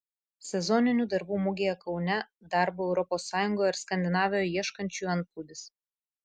sezoninių darbų mugėje kaune darbo europos sąjungoje ar skandinavijoje ieškančiųjų antplūdis